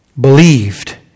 believed